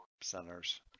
centers